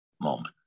moment